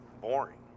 boring